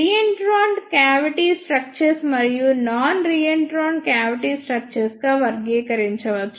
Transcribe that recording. re-entrant cavity structures మరియు non reentrant cavity structures గా వర్గీకరించవచ్చు